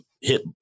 hit